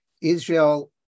Israel